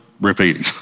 repeating